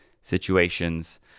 situations